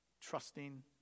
trusting